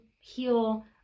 heal